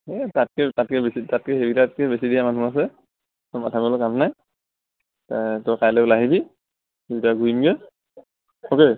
এই তাতকৈ তাতকৈ বেছি তাতকে সেই কেইটাতকে বেছি দিয়া মানুহ আছে মাথা মাৰা কাম নাই তই কাইলে ওলাই আহিবি দুইটা ঘূৰিমগে অ'কে